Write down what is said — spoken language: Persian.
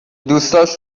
دوستاش